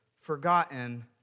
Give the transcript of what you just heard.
forgotten